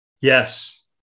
Yes